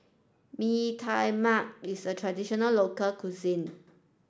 Mee Tai Mak is a traditional local cuisine